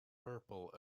purple